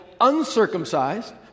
uncircumcised